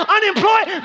Unemployed